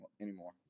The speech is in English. anymore